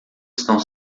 estão